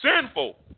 sinful